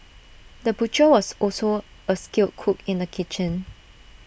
the butcher was also A skilled cook in the kitchen